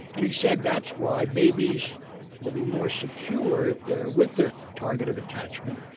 and he said that's why babies will be more secure if they're with their target of attachment,